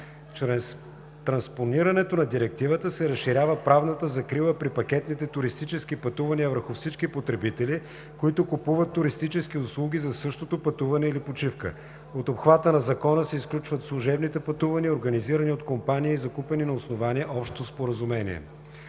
Чрез транспонирането на Директивата се разширява правната закрила при пакетните туристически пътувания върху всички потребители, които купуват туристически услуги за същото пътуване или почивка. От обхвата на Закона се изключват служебните пътувания, организирани от компании и закупени на основание общо споразумение.